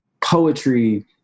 poetry